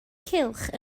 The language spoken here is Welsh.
cylch